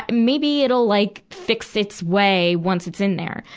maybe it'll like fix its way, once it's in there.